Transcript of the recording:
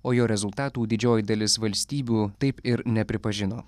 o jo rezultatų didžioji dalis valstybių taip ir nepripažino